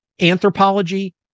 anthropology